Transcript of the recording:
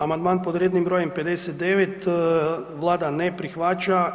Amandman pod rednim brojem 59 Vlada ne prihvaća.